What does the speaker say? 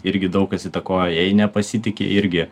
irgi daug kas įtakoja jei nepasitiki irgi